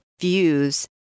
views